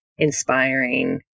inspiring